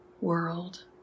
world